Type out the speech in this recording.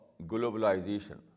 globalization